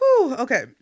okay